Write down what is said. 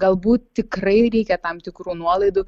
galbūt tikrai reikia tam tikrų nuolaidų